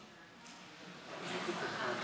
עוברים להצעה הבאה בסדר-היום,